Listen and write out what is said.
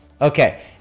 Okay